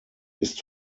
ist